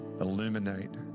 illuminate